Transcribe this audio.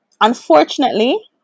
unfortunately